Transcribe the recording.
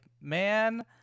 man